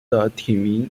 的町名